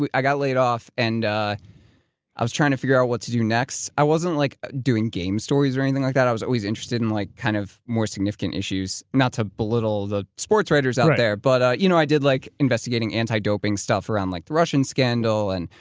i got laid off. and ah i was trying to figure out what to do next. i wasn't like doing game stories or anything like that. i was always interested in like kind of more significant issues not to belittle the sportswriters out there. but you know i did like investigating anti-doping stuff around like the russian scandal. and,